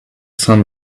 sun